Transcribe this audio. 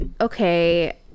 okay